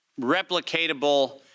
replicatable